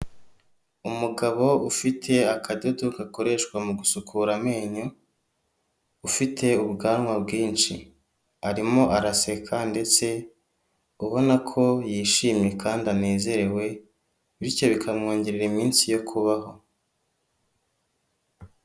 Umugabo ufite akadodo gakoreshwa mu gusukura amenyo, ufite ubwanwa bwinshi arimo araseka ndetse ubona ko yishimye kandi anezerewe bityo bikamwongerera iminsi yo kubaho.